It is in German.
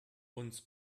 uns